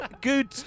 Good